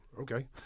okay